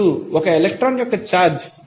ఇప్పుడు 1 ఎలక్ట్రాన్ యొక్క ఛార్జ్ 1